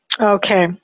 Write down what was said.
Okay